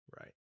right